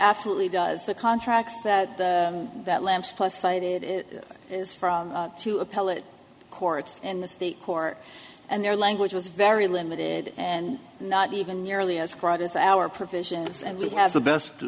only does the contract that that lamps plus cited it is from two appellate court in the state court and their language was very limited and not even nearly as crowded as our provisions and we have the best